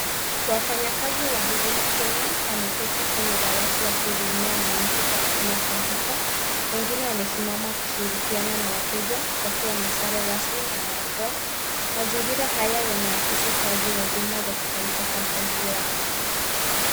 Wafanyikazi wa Huduma Kenya wameketi kwenye dawati wakihudumia wananchi kwa kutumia kompyuta. Wengine wamesimama wakishirikiana na wateja wakiwa na sare rasmi na barakoa. Mazingira haya yanaakisi utoaji wa huduma za kitaifa kwa mpangilio wa kisasa.